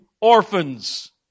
orphans